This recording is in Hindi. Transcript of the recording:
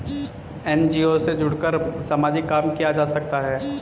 एन.जी.ओ से जुड़कर सामाजिक काम किया जा सकता है